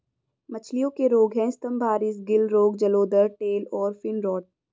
मछलियों के रोग हैं स्तम्भारिस, गिल रोग, जलोदर, टेल और फिन रॉट